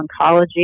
oncology